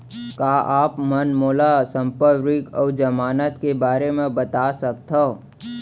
का आप मन मोला संपार्श्र्विक अऊ जमानत के बारे म बता सकथव?